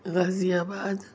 غازی آباد